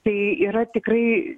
tai yra tikrai